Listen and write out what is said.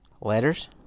letters